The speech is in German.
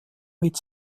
mit